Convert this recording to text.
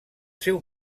seu